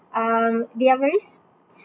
um they are very s~ s~